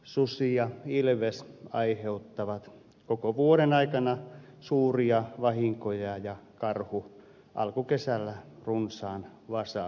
susi ja ilves aiheuttavat koko vuoden aikana suuria vahinkoja ja karhu alkukesällä runsaan vasahävikin